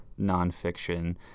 nonfiction